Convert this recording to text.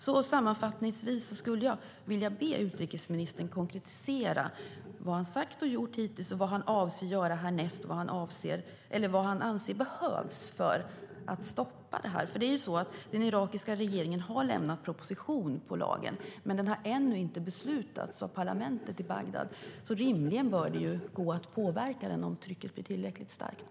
Sammanfattningsvis skulle jag vilja be utrikesministern konkretisera vad han har sagt och gjort hittills och vad han avser göra härnäst. Vad anser han behövs för att stoppa detta? Den irakiska regeringen har lämnat en proposition på lagen, men den har ännu inte beslutats om av parlamentet i Bagdad. Rimligen bör det gå att påverka den om trycket blir tillräckligt starkt.